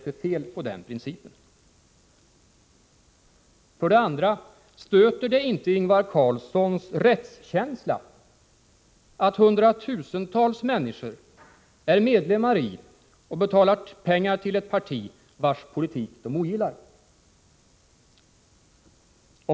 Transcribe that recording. För det andra: Stöter det inte Ingvar Carlssons rättskänsla att hundratusentals människor är medlemmar i och betalar till ett parti vars politik de ogillar?